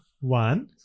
one